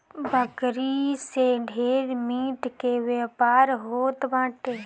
बकरी से ढेर मीट के व्यापार होत बाटे